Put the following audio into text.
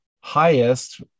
highest